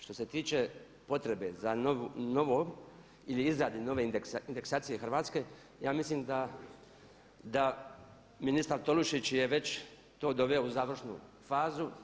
Što se tiče potrebe za novom ili izradi nove indeksacije Hrvatske ja mislim da ministar Tolušić je već to doveo u završnu fazu.